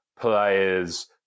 players